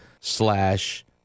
slash